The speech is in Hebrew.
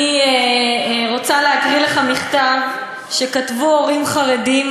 אני רוצה להקריא לך מכתב שכתבו הורים חרדים,